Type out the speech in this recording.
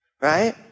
right